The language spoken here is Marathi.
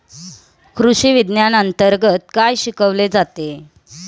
कृषीविज्ञानांतर्गत काय शिकवले जाते?